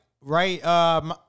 right